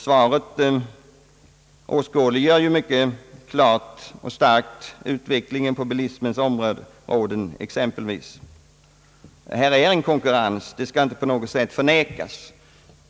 Svaret åskådliggör ju mycket klart utvecklingen på exempelvis bilismens område. Här är en konkurrens, det skall inte på något sätt förnekas.